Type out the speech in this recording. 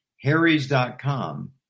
harrys.com